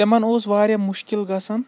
تِمَن اوس واریاہ مُشکِل گَژھان